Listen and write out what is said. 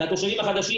כי התושבים החדשים,